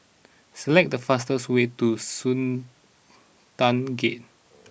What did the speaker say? select the fastest way to Sultan Gate